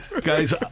Guys